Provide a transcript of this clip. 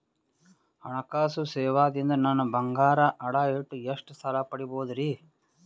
ಹಣಕಾಸು ಸೇವಾ ದಿಂದ ನನ್ ಬಂಗಾರ ಅಡಾ ಇಟ್ಟು ಎಷ್ಟ ಸಾಲ ಪಡಿಬೋದರಿ?